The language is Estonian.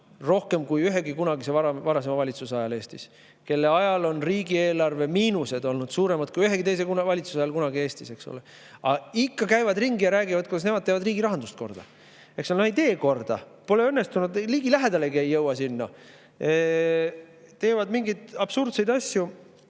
rohkem kui ühegi varasema valitsuse ajal Eestis, kelle ajal on riigieelarve miinused olnud suuremad, kui ühegi teise valitsuse ajal kunagi Eestis on olnud, eks ole. Aga ikka käivad nad ringi ja räägivad, kuidas nemad teevad riigirahandust korda. Eks ole, nad ei tee korda, see pole õnnestunud, ligilähedalegi ei jõua nad sellele. Teevad mingeid absurdseid asju